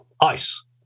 ice